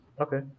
Okay